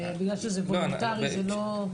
שבגלל שזה וולונטרי זה לא --- לא,